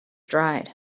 dried